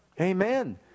Amen